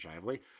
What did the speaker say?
Shively